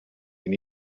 can